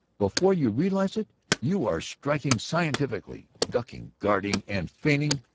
before you realize it you are striking scientifically, ducking, guarding and feinting,